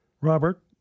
Robert